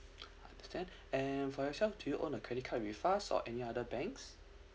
understand and for yourself do you own a credit card with us or any other banks